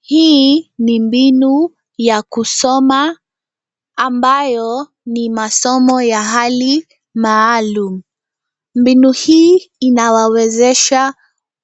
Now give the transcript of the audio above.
Hii ni mbinu ya kusoma ambayo ni masomo ya hali maalum. Mbinu hii inawawezesha